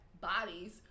bodies